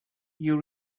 you